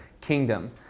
kingdom